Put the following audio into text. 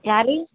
யார்